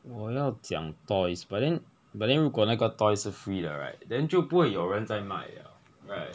我要讲 toys but then but then 如果那个 toys 是 free 的 right then 就不会有人在卖了 right